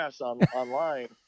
Online